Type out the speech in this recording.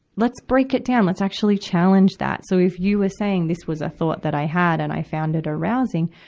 let's break it down. let's actually challenge that. so if you were saying this was a thought that i had, and i found that arousing,